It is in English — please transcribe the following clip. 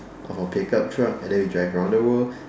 of our pick up truck and then we drive around the world